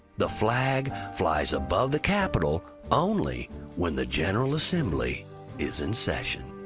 the flag flies above the capitol only when the general assembly is in session.